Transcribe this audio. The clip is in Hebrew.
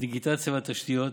הדיגיטציה והתשתיות,